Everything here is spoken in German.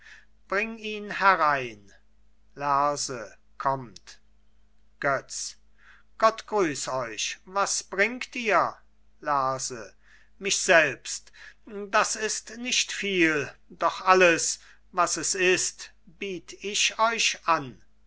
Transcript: bring ihn herein lerse kommt götz gott grüß euch was bringt ihr lerse mich selbst das ist nicht viel doch alles was es ist biet ich euch an